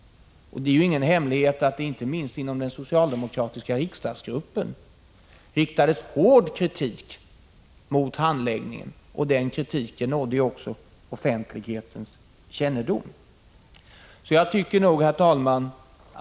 Det är ingen hemlighet att det inte minst från den TCO-konflikten våren socialdemokratiska riksdagsgruppen riktades hård kritik mot handläggning 1985 en — denna kritik kom också till offentlighetens kännedom. Herr talman!